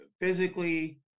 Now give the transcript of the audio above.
physically